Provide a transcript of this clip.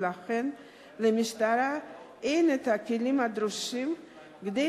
ולכן למשטרה אין הכלים הדרושים כדי